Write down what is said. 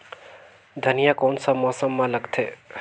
धनिया कोन सा मौसम मां लगथे?